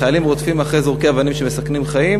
חיילים רודפים אחרי זורקי אבנים שמסכנים חיים,